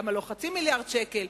למה לא חצי מיליארד שקל?